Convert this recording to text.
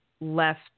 left